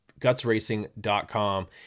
gutsracing.com